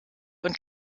und